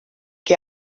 que